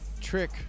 trick